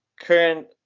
current